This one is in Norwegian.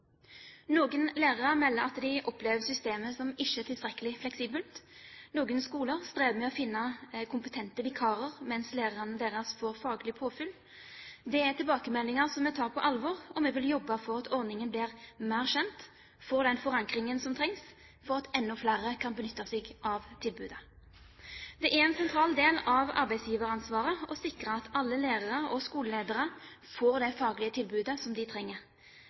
Noen lærere melder at de ikke opplever systemet som tilstrekkelig fleksibelt. Noen skoler strever med å finne kompetente vikarer mens lærerne deres får faglig påfyll. Det er tilbakemeldinger vi tar på alvor, og vi vil jobbe for at ordningen blir mer kjent og får den forankringen som trengs for at enda flere kan benytte seg av tilbudet. Det er en sentral del av arbeidsgiveransvaret å sikre at alle lærere og skoleledere får det faglige tilbudet de trenger,